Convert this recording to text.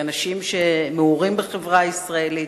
כאנשים שמעורים בחברה הישראלית,